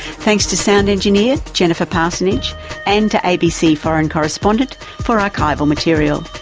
thanks to sound engineer jennifer parsonage and to abc foreign correspondent for archival material.